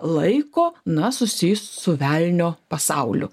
laiko na susijus su velnio pasauliu